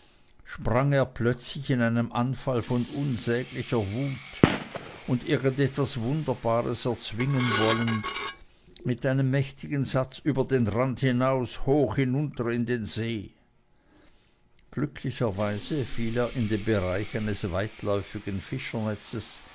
sprang er plötzlich in einem anfall von unsäglicher wut und irgend etwas wunderbares erzwingen wollend mit einem mächtigen satz über den rand hinaus hoch hinunter in den see glücklicherweise fiel er in den bereich eines weitläufigen